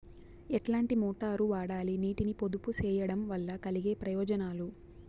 ఎట్లాంటి మోటారు వాడాలి, నీటిని పొదుపు సేయడం వల్ల కలిగే ప్రయోజనాలు?